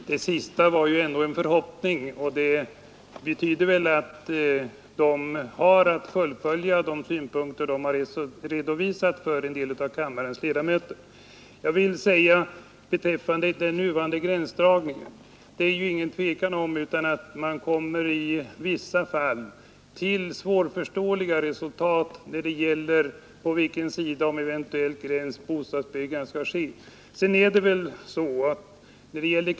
Herr talman! Finansministerns senaste ord ingav ändå en förhoppning. Sparbankerna kan från sitt håll fullfölja de synpunkter som de har redovisat för en del av kammarens ledamöter. Beträffande den nuvarande gränsdragningen vill jag säga, att det inte är något tvivel om att man i vissa fall kommer till svårförståeliga resultat när det gäller på vilken sida om en eventuell gräns bostadsbyggandet skall ske.